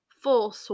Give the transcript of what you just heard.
full